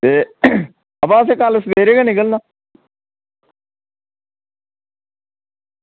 ते बा असें कल्ल सबेरै गै निकलना